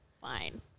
Fine